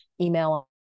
email